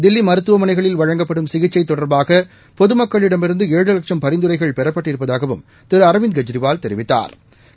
தில்லி மருத்துவமனைகளில் வழங்கப்படும் சிகிச்சை தொடர்பாக பொதுமக்களிடமிருந்து ஏழு லட்சம் பரிந்துரைகள் பெறப்பட்டிருப்பதாகவும் திரு அரவிந்த் கெஜ்ரிவால் தெரிவித்தாா்